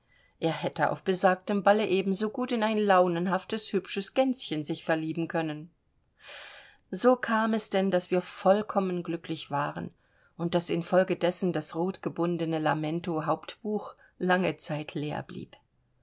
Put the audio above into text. er hätte auf besagtem balle ebensogut in ein hübsches launenhaftes gänschen sich verlieben können so kam es denn daß wir vollkommen glücklich waren und daß infolgedessen das rotgebundene lamento hauptbuch lange zeit leer blieb